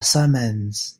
summons